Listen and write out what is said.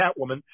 Catwoman